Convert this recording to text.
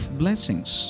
blessings